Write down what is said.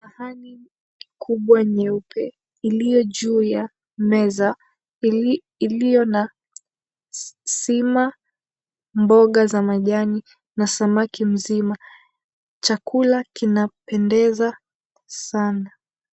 Sahani kubwa nyeupe iliyojuu ya meza iliyo na sima, mboga za majani na samaki mzima. Chakula kinapendeza sana.